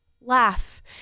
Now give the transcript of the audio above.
laugh